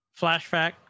flashback